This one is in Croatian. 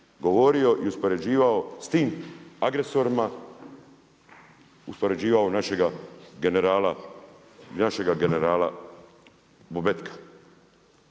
govorio i uspoređivao sa tim agresorima uspoređivao našega generala, našega generala Bobetka.